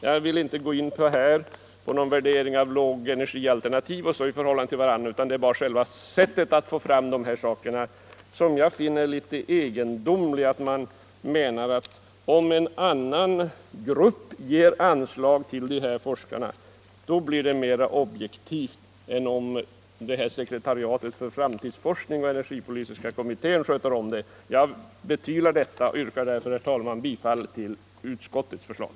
Jag vill inte nu gå in på någon värdering av lågenergialternativ eller göra jämförelser, utan det är bara själva sättet att få fram underlag som jag finner egendomligt. Man menar att om en annan grupp ger anslag till de här forskarna blir det en mera objektiv forskning än om sekretariatet för framtidsforskning och energipolitiska kommittéen sköter om det. Jag betvivlar detta och yrkar bifall till utskottets förslag.